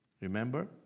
Remember